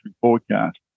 forecast